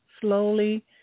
slowly